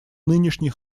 нынешней